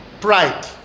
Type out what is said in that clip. pride